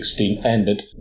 ended